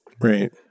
Right